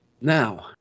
Now